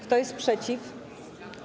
Kto jest przeciw?